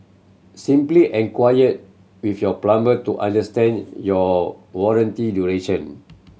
simply enquire with your plumber to understand your warranty duration